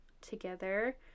together